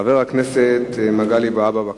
חבר הכנסת מגלי והבה, בבקשה.